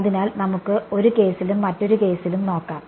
അതിനാൽ നമുക്ക് ഒരു കേസിലും മറ്റൊരു കേസിലും നോക്കാം